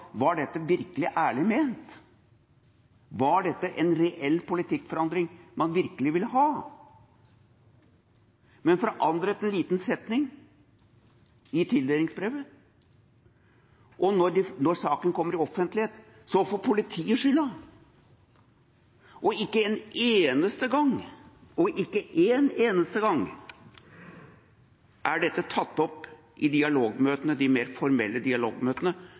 Var dette virkelig ærlig ment, var dette en reell politikkforandring som man virkelig ville ha? Man forandret en liten setning i tildelingsbrevet, og når saken kommer til offentligheten, får politiet skylda, og ikke én eneste gang er dette tatt opp i de mer formelle dialogmøtene